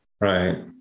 Right